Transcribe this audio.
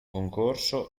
concorso